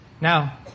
Now